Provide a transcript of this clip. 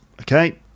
Okay